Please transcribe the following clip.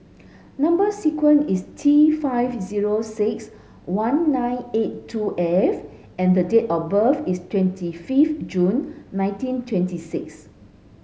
number sequence is T five zero six one nine eight two F and the date of birth is twenty fifth June nineteen twenty six